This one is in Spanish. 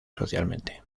socialmente